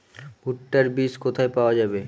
ভুট্টার বিজ কোথায় পাওয়া যাবে?